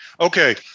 Okay